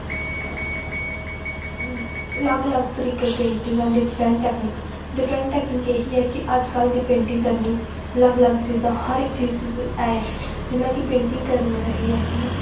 अलग अलग तरीके दा पेंटिंगां डिफ्रैंट टैकनीकस डिफ्रैंट टैकनीक एह ऐ कि अज्ज कल दी पेंटिंग करनी अलग अलग चीजां हर इक चीज़ ऐ ऐ जियां कि पेंटिंग करने दा एह् ऐ कि